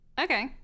Okay